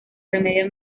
remedio